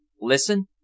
Listen